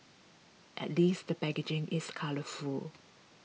at least the packaging is colourful